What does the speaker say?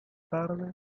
tarde